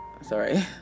sorry